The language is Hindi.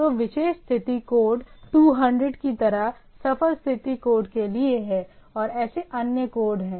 तो विशेष स्थिति कोड 200 की तरह सफल स्थिति कोड के लिए है और ऐसे अन्य कोड हैं